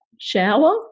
shower